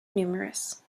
numerous